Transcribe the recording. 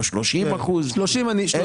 30% זה